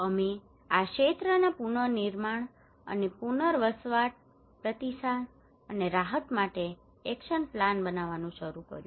અમે આ ક્ષેત્રના પુનર્નિર્માણ અને પુનર્વસવાટ પ્રતિસાદ અને રાહત માટે એક્શન પ્લાન બનાવવાનું શરૂ કર્યું